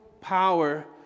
power